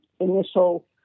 initial